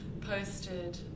posted